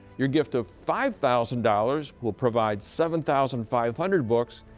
your gift of five thousand dollars, will provide seven thousand five hundred books.